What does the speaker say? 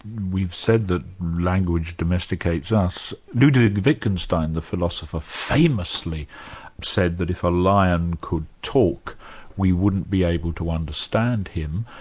we've said that language domesticates us. ludwig wittgenstein the philosopher famously said that if a lion could talk we wouldn't be able to understand him.